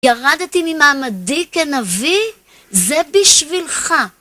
ירדתי ממעמדי כנביא, זה בשבילך.